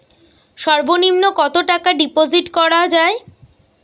সর্ব নিম্ন কতটাকা ডিপোজিট করা য়ায়?